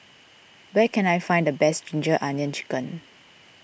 where can I find the best Ginger Onions Chicken